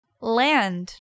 Land